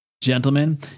gentlemen